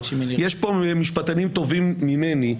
יש פה משפטנים טובים ממני.